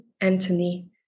Anthony